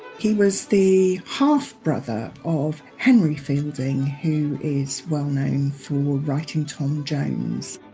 he was the half brother of henry fielding, who is well-known for writing tom jones